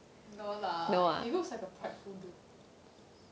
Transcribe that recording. no lah he looks like a prideful dude